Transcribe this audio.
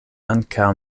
ankaŭ